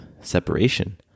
separation